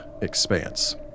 expanse